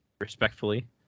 respectfully